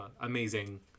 amazing